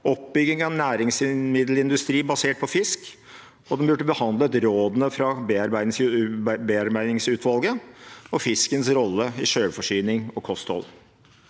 oppbygging av næringsmiddelindustri basert på fisk, og den burde ha behandlet rådene fra bearbeidingsutvalget og fiskens rolle i selvforsyning og kosthold.